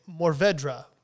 Morvedra